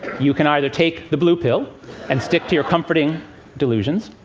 you can either take the blue pill and stick to your comforting delusions,